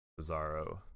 bizarro